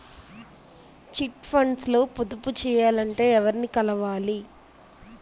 Chit funds లో పొదుపు చేయాలంటే ఎవరిని కలవాలి?